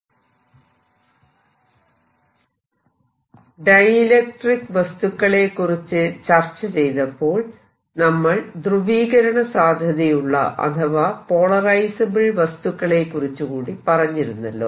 electrostatics dielectric മെറ്റീരിയലിന്റെ സാന്നിധ്യത്തിൽ I dielectric വസ്തുക്കളെക്കുറിച്ച് ചർച്ച ചെയ്തപ്പോൾ നമ്മൾ ധ്രുവീകരണ സാധ്യതയുള്ള അഥവാ പോളറൈസബിൾ വസ്തുക്കളെക്കുറിച്ച് കൂടി പറഞ്ഞിരുന്നല്ലോ